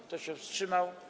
Kto się wstrzymał?